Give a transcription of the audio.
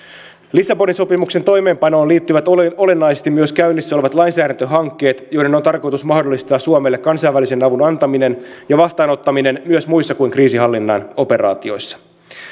lissabonin sopimuksen toimeenpanoon liittyvät olennaisesti myös käynnissä olevat lainsäädäntöhankkeet joiden on tarkoitus mahdollistaa suomelle kansainvälisen avun antaminen ja vastaanottaminen myös muissa kuin kriisinhallinnan operaatioissa